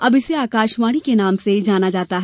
अब इसे आकाशवाणी के नाम से जाना जाता है